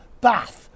bath